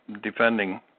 defending